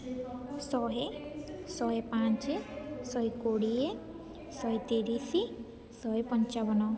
ଶହେ ଶହେ ପାଞ୍ଚେ ଶହେ କୋଡ଼ିଏ ଶହେ ତିରିଶି ଶହେ ପଞ୍ଚାବନ